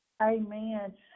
Amen